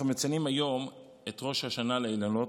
אנחנו מציינים היום את ראש השנה לאילנות,